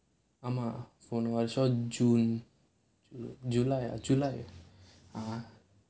ஆமா போன வருஷம்:aamaa pona varusham june um july july ah